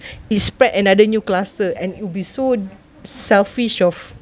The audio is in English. he spread another new cluster and it'll be so selfish of